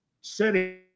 setting